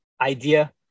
idea